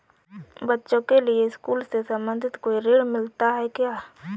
बच्चों के लिए स्कूल से संबंधित कोई ऋण मिलता है क्या?